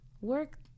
work